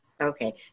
Okay